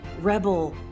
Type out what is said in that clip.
rebel